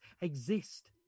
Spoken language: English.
exist